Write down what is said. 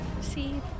See